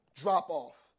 drop-off